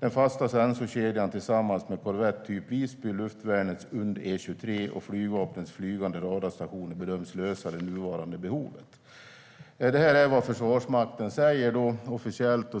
Den fasta sensorkedjan tillsammans med korvett typ Visby, luftvärnets UndE-23 och flygvapnets flygande radarstationer bedöms lösa det nuvarande behovet." Det här är vad Försvarsmakten säger officiellt.